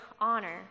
honor